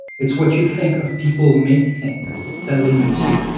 it's what you think of people may think that limits you.